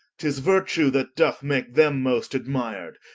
tis vertue, that doth make them most admir'd,